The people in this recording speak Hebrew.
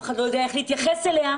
אף אחד לא יודע איך להתייחס אליה,